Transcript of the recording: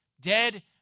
dead